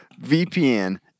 VPN